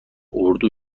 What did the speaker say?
اردو